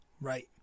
right